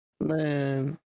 man